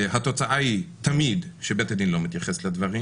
התוצאה היא תמיד שבית הדין לא מתייחס לדברים